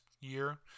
year